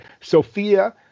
Sophia